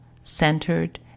centered